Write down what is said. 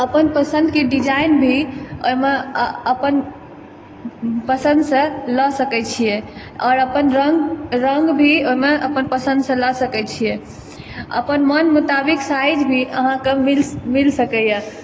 अपन पसन्दके डिजाइन भी ओहिमे आ अपन पसन्दसँ लऽ सकै छियै आओर अपन रङ्ग रङ्ग भी ओहिमे अपन पसन्दसँ लऽ सकै छियै अपन मोन मुताबिक साइज भी अहाँकेॅं मिल मिल सकैया